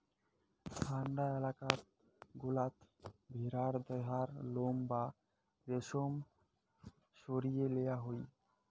ঠান্ডা এলাকাত গুলাতে ভেড়ার দেহার লোম বা রেশম সরিয়ে লেয়া হই